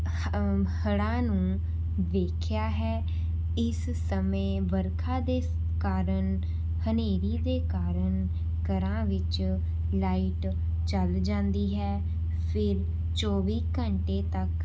ਹੜਾਂ ਨੂੰ ਵੇਖਿਆ ਹੈ ਇਸ ਸਮੇਂ ਵਰਖਾ ਦੇ ਕਾਰਨ ਹਨੇਰੀ ਦੇ ਕਾਰਨ ਘਰਾਂ ਵਿੱਚ ਲਾਈਟ ਚੱਲ ਜਾਂਦੀ ਹੈ ਫਿਰ ਚੌਵੀ ਘੰਟੇ ਤੱਕ